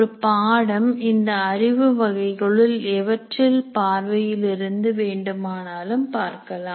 ஒரு பாடம் இந்த அறிவு வகைகளுள் எவற்றில் பார்வையில் இருந்து வேண்டுமானாலும் பார்க்கலாம்